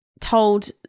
told